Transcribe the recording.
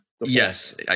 Yes